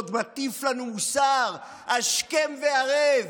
שעוד מטיף לנו מוסר השכם והערב,